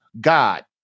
God